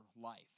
life